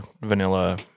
vanilla